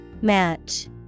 Match